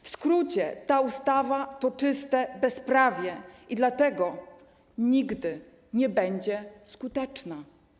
W skrócie: ta ustawa to czyste bezprawie i dlatego nigdy nie będzie skuteczna.